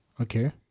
Okay